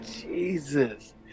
Jesus